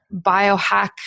biohack